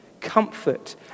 comfort